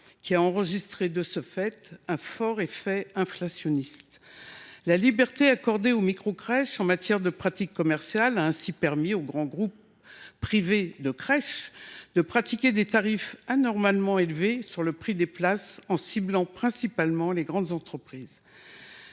lequel a subi de ce fait un fort effet inflationniste. La liberté accordée aux microcrèches en matière de pratiques commerciales a ainsi permis aux grands groupes privés de crèches de pratiquer des tarifs anormalement élevés sur le prix des places, en ciblant principalement les grandes entreprises.